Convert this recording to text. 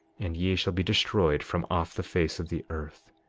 and ye shall be destroyed from off the face of the earth.